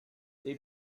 they